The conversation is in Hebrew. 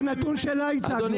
היא עשתה, זה נתון שלה הצגנו.